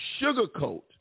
sugarcoat